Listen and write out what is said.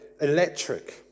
electric